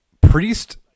Priest